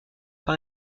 par